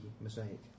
mosaic